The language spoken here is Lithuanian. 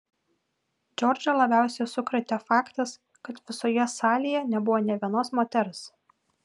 džordžą labiausiai sukrėtė faktas kad visoje salėje nebuvo nė vienos moters